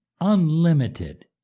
unlimited